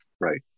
Right